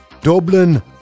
Dublin